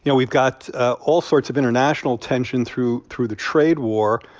yeah we've got ah all sorts of international tension through through the trade war,